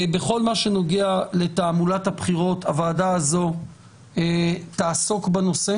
בכל מה שנוגע לתעמולת הבחירות הוועדה הזאת תעסוק בנושא